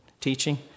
teaching